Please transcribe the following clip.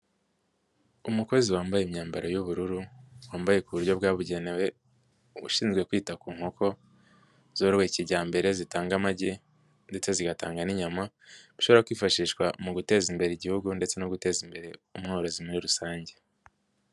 Umukozi wambaye imyambaro y'ubururu wambaye ku buryo bwabugenewe ushinzwe kwita ku nkoko zorowe kijyambere zitanga amagi ndetse zigatanga n'inyama, bishobora kwifashishwa mu guteza imbere Igihugu ndetse no guteza imbere umworozi muri rusange.